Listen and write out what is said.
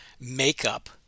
makeup